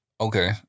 Okay